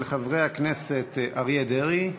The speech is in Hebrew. של חברי הכנסת אריה דרעי,